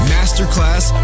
Masterclass